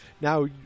Now